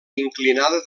inclinada